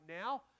now